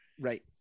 Right